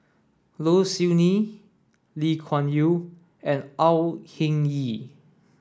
Low Siew Nghee Lee Kuan Yew and Au Hing Yee